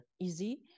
easy